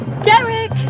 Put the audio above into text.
Derek